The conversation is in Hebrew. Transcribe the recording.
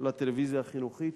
לטלוויזיה החינוכית,